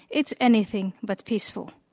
it's anything but peaceful.